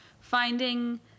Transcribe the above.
Finding